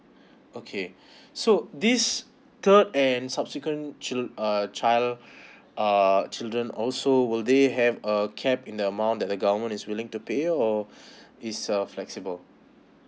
okay so this third and subsequent child~ uh child uh children also will they have a cap in the amount that the government is willing to pay or it's uh flexible